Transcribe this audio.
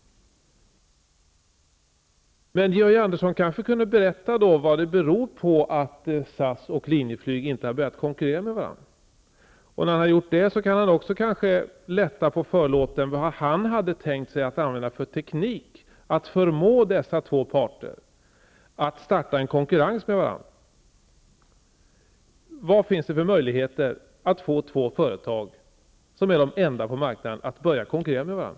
Men Georg Andersson kanske kunde berätta vad det beror på att SAS och Linjeflyg inte har börjat konkurrera med varandra. När han gjort det, kanske han också kan lätta på förlåten och berätta vad han hade tänkt sig använda för teknik att förmå dessa två parter att starta en konkurrens med varandra. Vad finns det för möjligheter att få två företag, som är de enda på marknaden, att börja konkurrera med varandra?